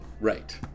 Right